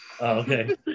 Okay